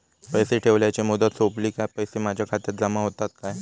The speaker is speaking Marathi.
पैसे ठेवल्याची मुदत सोपली काय पैसे माझ्या खात्यात जमा होतात काय?